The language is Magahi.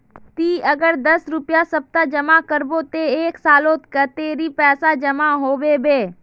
ती अगर दस रुपया सप्ताह जमा करबो ते एक सालोत कतेरी पैसा जमा होबे बे?